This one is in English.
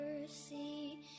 mercy